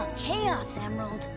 chaos emerald.